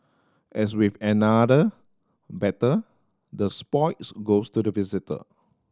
as with any other battle the spoils goes to the victor